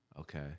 Okay